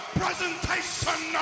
presentation